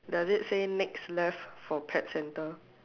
does it say next left for pet centre